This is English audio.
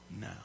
now